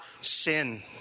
sin